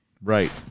right